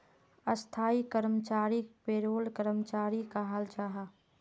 स्थाई कर्मचारीक पेरोल कर्मचारी कहाल जाहा